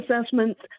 assessments